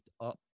up